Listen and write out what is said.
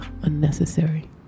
Unnecessary